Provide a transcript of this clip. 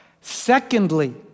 Secondly